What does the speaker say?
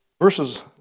Verses